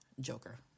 Joker